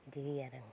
इदि होयो आरो आं